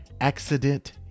accident